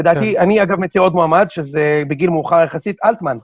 ודעתי, אני אגב מציע עוד מועמד, שזה בגיל מאוחר יחסית, אלטמן.